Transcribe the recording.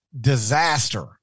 disaster